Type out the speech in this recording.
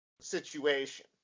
situation